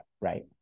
right